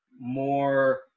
more